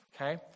okay